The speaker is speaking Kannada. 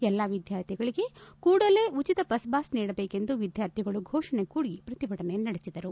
ಎಲ್ಲಾ ವಿದ್ವಾರ್ಥಿಗಳಿಗೆ ಕೂಡಲೇ ಉಚಿತ ಬಸ್ಪಾಸ್ ನೀಡಬೇಕೆಂದು ವಿದ್ಯಾರ್ಥಿಗಳು ಘೋಷಣೆ ಕೂಗಿ ಪ್ರತಿಭಟನೆ ನಡೆಸಿದರು